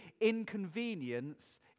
inconvenience